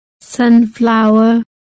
sunflower